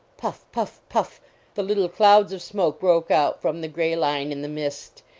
puff, puff, puff the little clouds of smoke broke out from the gray line in the mist,